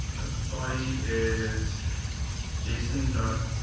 body is json but